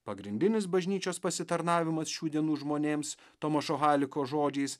pagrindinis bažnyčios pasitarnavimas šių dienų žmonėms tomašo haliko žodžiais